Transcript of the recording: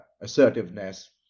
assertiveness